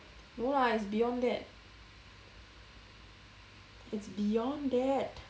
no lah it's beyond that it's beyond that